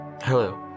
hello